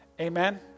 Amen